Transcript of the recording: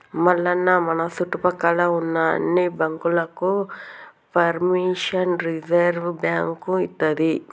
మల్లన్న మన సుట్టుపక్కల ఉన్న అన్ని బాంకులకు పెర్మిషన్ రిజర్వ్ బాంకు ఇత్తది